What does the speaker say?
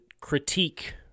critique